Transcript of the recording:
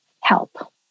help